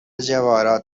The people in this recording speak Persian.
جواهرات